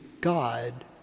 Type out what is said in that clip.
God